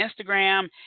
Instagram